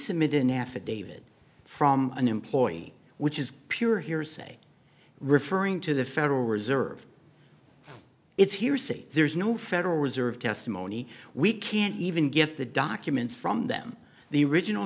submitted an affidavit from an employee which is pure hearsay referring to the federal reserve it's hearsay there's no federal reserve testimony we can't even get the documents from them the original